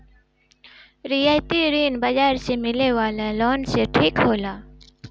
रियायती ऋण बाजार से मिले वाला लोन से ठीक होला